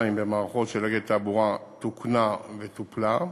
במערכות של "אגד תעבורה" תוקנה וטופלה.